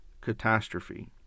catastrophe